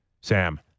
sam